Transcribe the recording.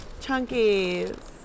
Chunkies